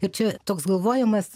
ir čia toks galvojimas